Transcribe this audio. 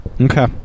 Okay